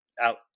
out